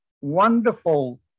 wonderful